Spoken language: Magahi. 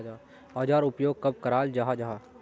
औजार उपयोग कब कराल जाहा जाहा?